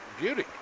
beauty